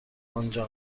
آنجا